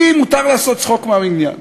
כי מותר לעשות צחוק מהעניין,